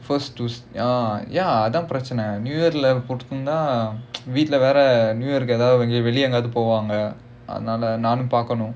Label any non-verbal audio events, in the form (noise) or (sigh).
first to uh ya அதான் பிரச்னை:athaan pirachanai (noise) new year lah போட்டு இருந்த வீட்டுல வேற:pottu iruntha veetula vera new year வெளிய வெளிய எங்கேயாச்சு போவாங்க அதுனால நானும் பாக்கனும்:veliya veliya engayaachu povaanga athunaala naanum paakkanum